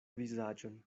vizaĝon